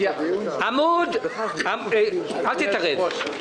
אל תתערב.